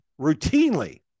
routinely